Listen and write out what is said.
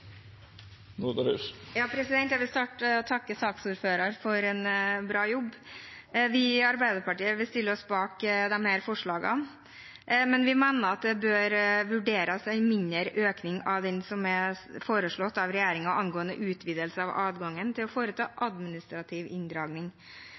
takke saksordføreren for en bra jobb. Vi i Arbeiderpartiet stiller oss bak disse forslagene, men vi mener at det bør vurderes en mindre økning av det som er foreslått av regjeringen angående utvidelse av adgangen til å foreta